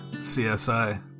CSI